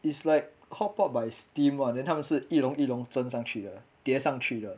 it's like called pop by steam lah then 他们是一笼一笼蒸上去的叠上去的